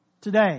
today